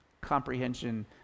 comprehension